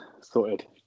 sorted